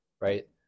right